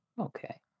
Okay